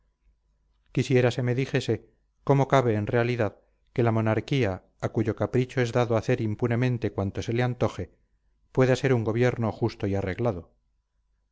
quisiera se me dijese cómo cabe en realidad que la monarquía a cuyo capricho es dado hacer impunemente cuanto se le antoje pueda ser un gobierno justo y arreglado